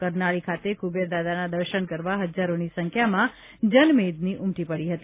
કરનાળી ખાતે કુબેરદાદાના દર્શન કરવા હજારોની સંખ્યામાં જનમેદની ઉમટી પડી હતી